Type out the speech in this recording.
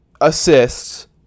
assists